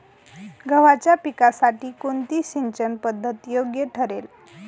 गव्हाच्या पिकासाठी कोणती सिंचन पद्धत योग्य ठरेल?